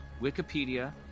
Wikipedia